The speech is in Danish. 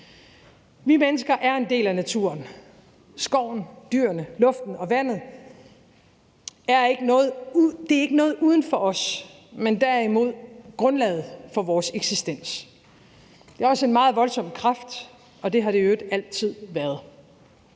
Vi mennesker er en del af naturen. Skoven, dyrene, luften og vandet er ikke noget uden for os, men derimod grundlaget for vores eksistens. Det er også en meget voldsom kraft, og det har det i øvrigt altid været.